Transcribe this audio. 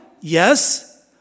Yes